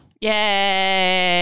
Yay